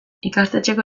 ikastetxeko